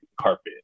carpet